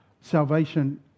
Salvation